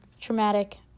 traumatic